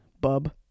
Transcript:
bub